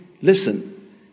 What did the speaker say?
listen